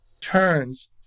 turns